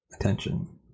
attention